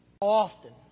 Often